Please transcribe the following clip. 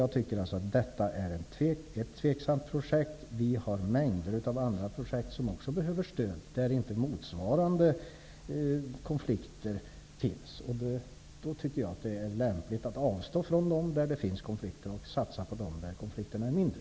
Jag tycker att detta är ett tveksamt projekt. Vi har mängder av andra projekt som också behöver stöd och där inte motsvarande konflikter finns. Då tycker jag att det är lämpligt att avstå från de projekt där det finns konflikter och satsa på dem där konflikterna är mindre.